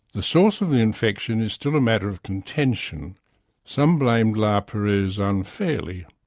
the source of the infection is still a matter of contention some blamed la perouse unfairly.